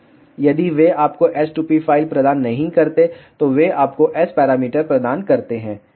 यदि वे आपको s2p फ़ाइल प्रदान नहीं करते हैं तो वे आपको S पैरामीटर प्रदान करते हैं